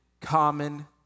common